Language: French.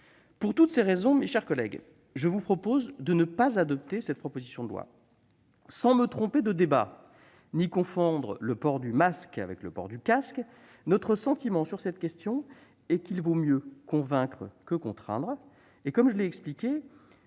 Pour toutes ces raisons, mes chers collègues, je vous propose de ne pas adopter cette proposition de loi. Sans me tromper de débat ni confondre le port du masque avec le port du casque, je considère qu'il vaut mieux convaincre que contraindre. En outre, comme je l'ai expliqué,